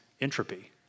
entropy